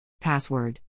Password